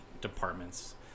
department's